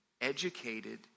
educated